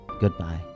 Goodbye